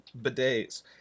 bidets